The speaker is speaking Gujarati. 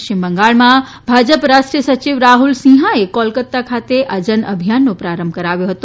પશ્ચિમ બંગાળમાં ભાજપ રાષ્ટ્રીય સચિવ રાહ્રલ સિંહાએ કોલકતા ખાતે જનઅભિયાનનો પ્રારંભ કરાવ્યો હતો